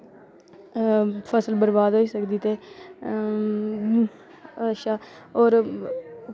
फसल बर्बाद होई सकदे ते अच्छा होर